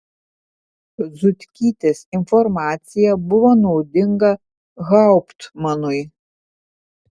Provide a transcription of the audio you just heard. zutkytės informacija buvo naudinga hauptmanui